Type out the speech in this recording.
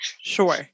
Sure